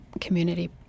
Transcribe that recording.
community